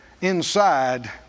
inside